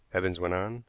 evans went on.